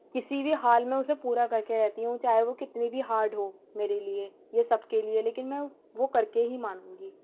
کسی بھی حال میں اُسے پورا کر کے رہتی ہوں چاہے وہ کتنی بھی ہارڈ ہو میرے لیے یہ سب کے لیے لیکن میں وہ کر کے ہی مانوں گی